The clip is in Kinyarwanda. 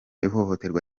ihohoterwa